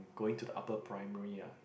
going to the upper primary ah